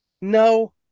no